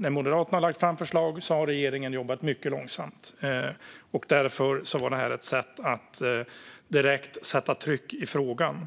När Moderaterna har lagt fram förslag har regeringen jobbat mycket långsamt. Därför var detta ett sätt att direkt sätta tryck i frågan.